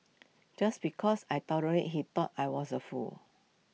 just because I tolerated he thought I was A fool